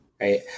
right